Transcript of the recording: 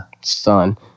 son